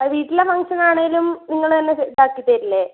അത് വീട്ടിലെ ഫങ്ക്ഷൻ ആണെങ്കിലും നിങ്ങളുതന്നെ ഇതാക്കി തരില്ലേ